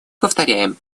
повторяем